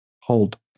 hold